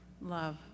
love